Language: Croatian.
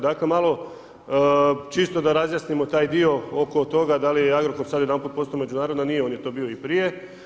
Dakle malo da razjasnimo taj dio oko toga da li je Agrokor sad odjedanput postao međunarodan, nije, on je to bio i prije.